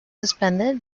suspended